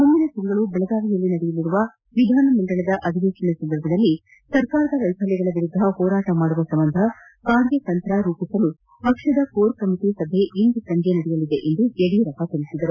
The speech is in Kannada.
ಮುಂದಿನ ತಿಂಗಳು ದೆಳಗಾವಿಯಲ್ಲಿ ನಡೆಯಲಿರುವ ವಿಧನಮಂಡಲದ ಅಧಿವೇಶನ ಸಂದರ್ಭದಲ್ಲಿ ಸರ್ಕಾರದ ವೈಫಲ್ಯಗಳ ವಿರುದ್ದ ಹೋರಾಟ ಮಾಡುವ ಸಂಬಂಧ ಕಾರ್ಯತಂತ್ರ ರೂಪಿಸಲು ಪಕ್ಷದ ಕೋರ್ ಕಮಿಟ ಸಭೆ ಇಂದು ಸಂಜೆ ನಡೆಯಲಿದೆ ಎಂದು ಯಡಿಯೂರಪ್ಪ ತಿಳಿಸಿದರು